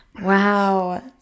Wow